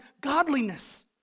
godliness